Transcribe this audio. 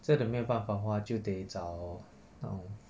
真的没有办法的话就得找那种